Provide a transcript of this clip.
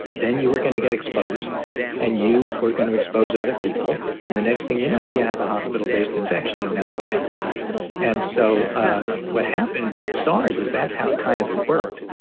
then you were going to get exposed and you were going to expose other people. and the next thing you know, you yeah have a hospital based infection and that's bad hospital. and so what happened with saas is that's how it kind of it worked.